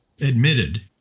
admitted